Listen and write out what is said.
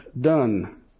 done